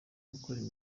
gukora